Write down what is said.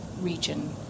region